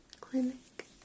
clinic